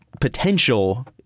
potential